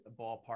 ballpark